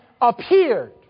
appeared